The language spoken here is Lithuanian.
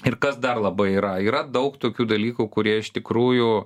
ir kas dar labai yra yra daug tokių dalykų kurie iš tikrųjų